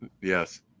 yes